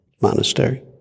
monastery